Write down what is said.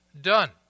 done